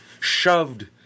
shoved